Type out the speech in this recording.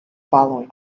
following